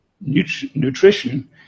nutrition